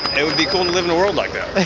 it would be cool to live in a world like that.